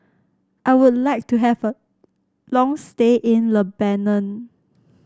I would like to have a long stay in Lebanon